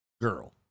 girl